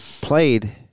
played